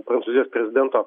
prancūzijos prezidento